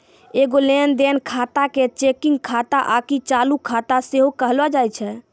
एगो लेन देन खाता के चेकिंग खाता आकि चालू खाता सेहो कहलो जाय छै